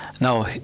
Now